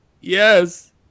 Yes